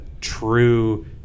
true